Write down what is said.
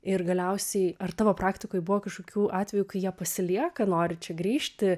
ir galiausiai ar tavo praktikoj buvo kažkokių atvejų kai jie pasilieka nori čia grįžti